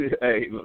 Hey